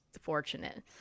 fortunate